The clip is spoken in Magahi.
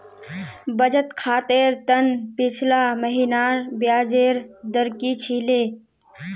बचत खातर त न पिछला महिनार ब्याजेर दर की छिले